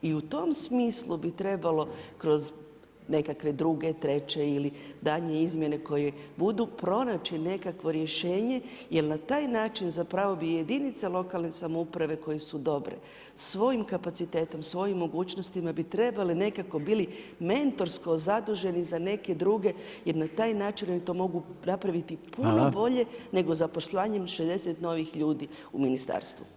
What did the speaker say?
I u tom smislu bi trebalo kroz nekakve druge, treće ili daljnje izmjene koje budu pronaći nekakvo rješenje, jer na taj način zapravo bi i jedinice lokalne samouprave koje su dobre svojim kapacitetom, svojim mogućnostima bi trebale nekako bili mentorsko zaduženi za neke druge, jer na taj način oni to mogu napraviti puno bolje [[Upadica Reiner: Hvala.]] nego zaposlenjem 60 novih ljudi u ministarstvu.